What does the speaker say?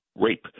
rape